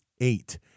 Eight